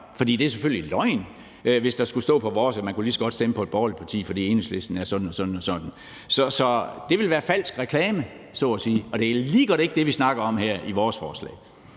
For det er selvfølgelig løgn, hvis der skulle stå på vores plakater, at man lige så godt kunne stemme på et borgerligt parti, fordi Enhedslisten er sådan og sådan. Så det ville være falsk reklame så at sige, og det er lige godt ikke det, vi snakker om her i vores forslag.